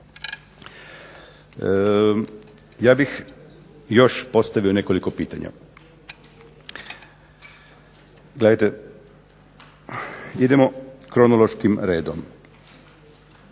Ja bih još postavio nekoliko pitanja. Gledajte, idemo kronološkim redom.